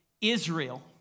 Israel